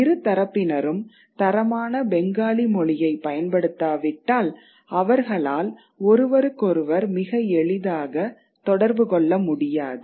இரு தரப்பினரும் தரமான பெங்காலி மொழியை பயன்படுத்தாவிட்டால் அவர்களால் ஒருவருக்கொருவர் மிக எளிதாக தொடர்பு கொள்ள முடியாது